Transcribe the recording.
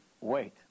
wait